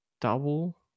double